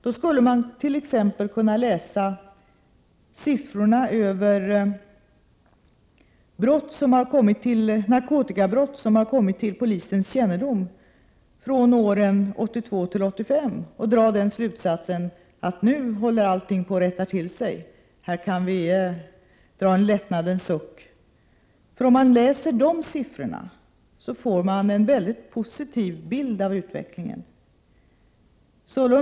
Man skulle då t.ex. kunna läsa siffrorna över de narkotikabrott som har kommit till polisens kännedom för åren 1982-1985 och dra den slutsatsen att allt nu håller på att rätta till sig. Vi kan här dra en lättnadens suck. Om man läser de siffrorna får man en mycket positiv bild av utvecklingen.